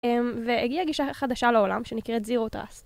והגיעה גישה חדשה לעולם שנקראת zero trust.